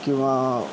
किंवा